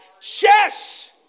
Chess